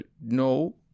No